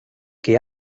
que